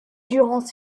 durant